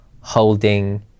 holding